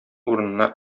урынына